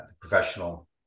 professional